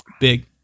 Big